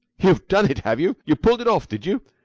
you've done it, have you? you pulled it off, did you?